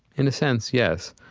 in a sense, yes.